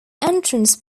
entrance